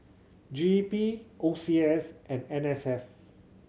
G E P O C S and N S F